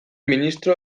ministro